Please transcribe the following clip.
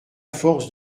force